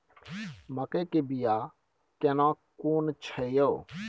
मकई के बिया केना कोन छै यो?